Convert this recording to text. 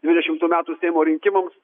dvidešimtų metų seimo rinkimams